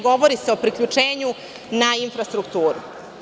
Govori se o priključenju na infrastrukturu.